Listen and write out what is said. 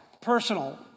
Personal